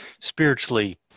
spiritually